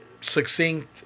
succinct